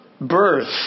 birth